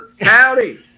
Howdy